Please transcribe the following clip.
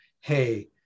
Hey